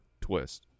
twist